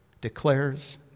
declares